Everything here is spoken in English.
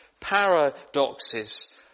paradoxes